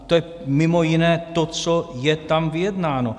To je mimo jiné to, co je tam vyjednáno.